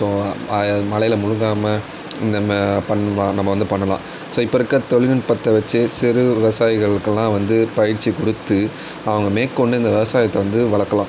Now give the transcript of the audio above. so ஆய மழையில் முழ்காமல் இந்த மே பண்ணனுமா நம்ம வந்து பண்ணலாம் ஸோ இப்போ இருக்க தொழில்நுட்பத்தை வச்சு சிறு விவசாயிகளுக்கெல்லாம் வந்து பயிற்சி கொடுத்து அவங்க மேற்கொண்டு இந்த விவசாயத்தை வந்து வளர்க்கலாம்